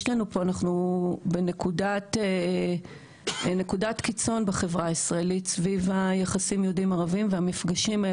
אנחנו נמצאים בתקופה מאוד קריטית מבחינת